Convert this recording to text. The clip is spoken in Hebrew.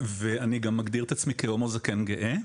ואני גם מגדיר את עצמי כ"הומו זקן גאה",